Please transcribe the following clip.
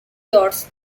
george